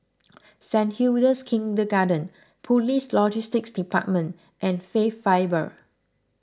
Saint Hilda's Kindergarten Police Logistics Department and Faith Bible